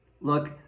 look